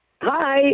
Hi